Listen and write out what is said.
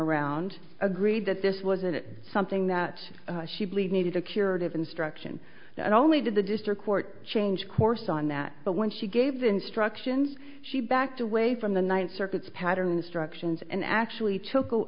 around agreed that this wasn't something that she believed needed a curative instruction not only did the district court change course on that but when she gave the instructions she backed away from the ninth circuit's pattern instructions and actually took